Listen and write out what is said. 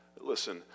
Listen